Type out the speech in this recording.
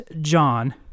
John